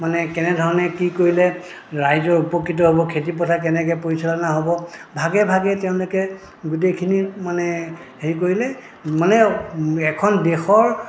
মানে কেনেধৰণে কি কৰিলে ৰাইজৰ উপকৃত হ'ব খেতিপথাৰ কেনেকে পৰিচালনা হ'ব ভাগে ভাগে তেওঁলোকে গোটেইখিনি মানে হেৰি কৰিলে মানে এখন দেশৰ